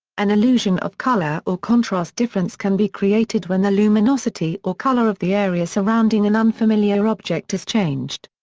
an illusion of color or contrast difference can be created when the luminosity or color of the area surrounding an unfamiliar object is changed.